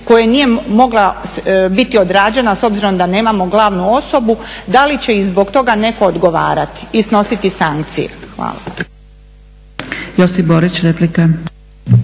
koja nije mogla biti odrađena s obzirom da nemamo glavnu osobu da li će i zbog toga netko odgovarati i snositi sankcije. Hvala.